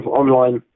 online